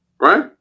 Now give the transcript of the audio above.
right